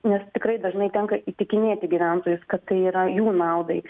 nes tikrai dažnai tenka įtikinėti gyventojus kad tai yra jų naudai